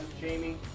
Jamie